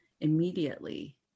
immediately